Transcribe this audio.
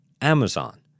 Amazon